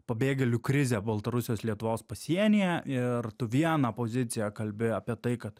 pabėgėlių krizę baltarusijos lietuvos pasienyje ir tu vieną poziciją kalbi apie tai kad